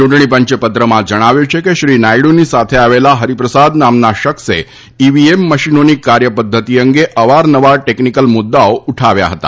ચૂંટણીપંચે પત્રમાં જણાવ્યું છે કે શ્રી નાયડુની સાથે આવેલા હરિપ્રસાદ નામના શખ્સે ઈવીએમ મશીનોની કાર્યપદ્ધતિ અંગે અવારનવાર ટેકનીકલ મુદ્દાઓ ઉઠાવ્યા હતા